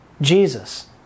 Jesus